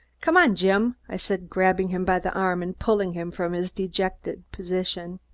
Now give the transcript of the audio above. come on, jim! i said, grabbing him by the arm and pulling him from his dejected position.